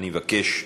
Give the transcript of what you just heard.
אני מבקש,